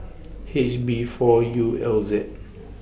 H B four U L Z